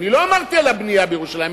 אני לא דיברתי על הבנייה בירושלים,